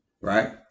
right